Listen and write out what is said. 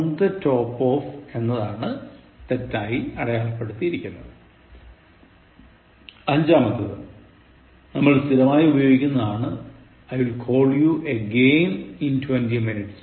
on the top of എന്നതാണ് തെറ്റുള്ളതായി അടയാളപ്പെടുത്തിയിരിക്കുന്നത് അഞ്ചാമത്തെത് നമൾ സ്ഥിരമായി ഉപയോഗിക്കുന്നതാണ് I'll call you again in twenty minutes